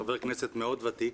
חבר כנסת מאוד ותיק,